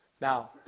Now